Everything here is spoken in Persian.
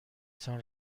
تان